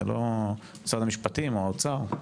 משרד המשפטים או האוצר.